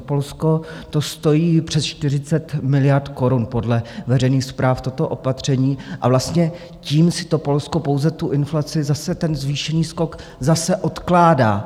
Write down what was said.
Polsko to stojí přes 40 miliard korun podle veřejných zpráv, toto opatření, a vlastně tím si to Polsko pouze tu inflaci, zase ten zvýšený skok odkládá.